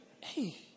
Hey